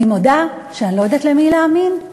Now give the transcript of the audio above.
אני מודה שאני לא יודעת למי להאמין,